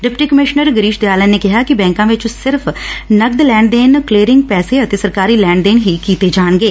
deputy commissioner Girish Dayalan ਨੇ ਕਿਹਾ ਕਿ ਬੈਂਕਾਂ ਵਿਚ ਸਿਰਫ ਨਕਦ ਲੈਣ ਦੇਣ ਕਲੀਅਰਿੰਗ ਪੈਸੇ ਅਤੇ ਸਰਕਾਰੀ ਲੈਣ ਦੇਣ ਹੀ ਕੀਤੇ ਜਾਣਗੇ